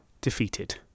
defeated